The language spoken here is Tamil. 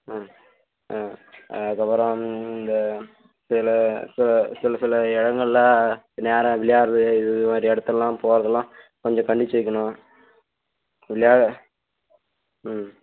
ஆ ஆ அதுக்கப்புறம் இந்த சில சில சில சில இடங்கள்ல நேராக விளையாடுறது இது மாதிரி இடத்தெல்லாம் போகிறதெல்லாம் கொஞ்சம் கண்டித்து வைக்கணும் விளையா ம்